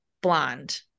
blonde